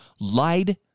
lied